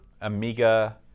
Amiga